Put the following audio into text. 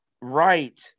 right